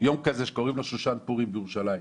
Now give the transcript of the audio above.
יום כזה שקוראים לו שושן פורים בירושלים.